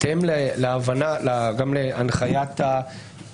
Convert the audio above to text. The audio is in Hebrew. גם צילום וגם פרסום.